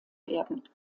werden